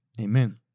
Amen